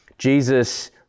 Jesus